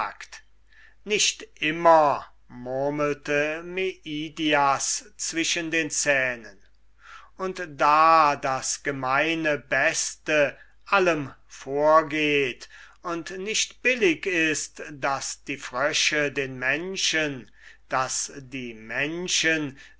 nicht immer murmelte meidias zwischen den zähnen und da das gemeine beste allem vorgeht und nicht billig ist daß die frösche den menschen daß die menschen